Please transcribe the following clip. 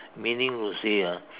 meaning to say ah